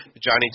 Johnny